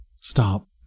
stop